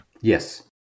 Yes